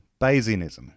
Bayesianism